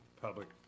Public